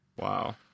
Wow